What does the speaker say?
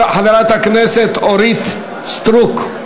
חברת הכנסת אורית סטרוק,